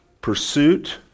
pursuit